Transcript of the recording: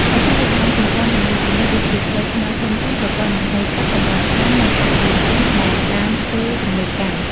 ហេដ្ឋារចនាសម្ព័ន្ធទំនើបៗ ដូចជាផ្លូវថ្នល់ធំៗ ប្រព័ន្ធលូបង្ហូរទឹក កំពង់ផែ និងអាកាសយានដ្ឋានដែលបានធ្វើទំនើបកម្ម។